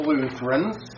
Lutherans